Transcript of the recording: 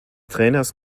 trainers